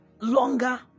longer